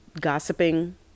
gossiping